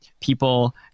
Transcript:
people